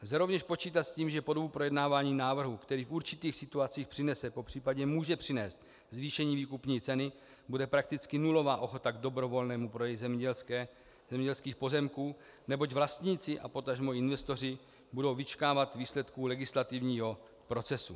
Lze rovněž počítat s tím, že po dobu projednávání návrhu, který v určitých situacích přinese, popř. může přinést zvýšení výkupní ceny, bude prakticky nulová ochota k dobrovolnému prodeji zemědělských pozemků, neboť vlastníci a potažmo investoři budou vyčkávat výsledků legislativního procesu.